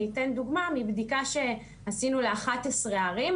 אני אתן דוגמה מבדיקה שעשינו ל-11 ערים,